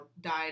died